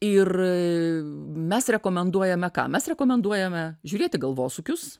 ir mes rekomenduojame ką mes rekomenduojame žiūrėti galvosūkius